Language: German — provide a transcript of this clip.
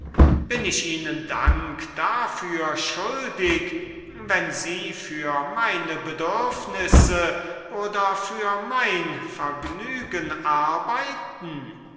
bin ich ihnen etwan einige hochachtung oder dankbarkeit dafür schuldig daß sie für meine bedürfnisse oder für mein vergnügen arbeiten